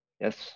Yes